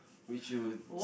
which you